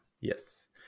Yes